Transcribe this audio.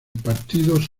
partidos